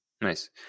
Nice